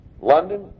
London